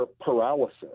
paralysis